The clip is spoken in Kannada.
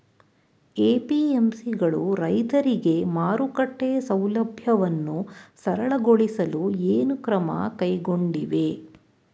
ಎ.ಪಿ.ಎಂ.ಸಿ ಗಳು ರೈತರಿಗೆ ಮಾರುಕಟ್ಟೆ ಸೌಲಭ್ಯವನ್ನು ಸರಳಗೊಳಿಸಲು ಏನು ಕ್ರಮ ಕೈಗೊಂಡಿವೆ?